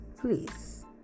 please